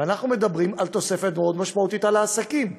ואנחנו מדברים על תוספת מאוד משמעותית על העסקים.